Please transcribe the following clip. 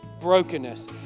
brokenness